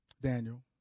Daniel